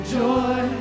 joy